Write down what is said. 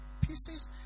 pieces